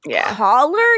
collar